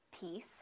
peace